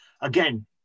again